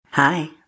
Hi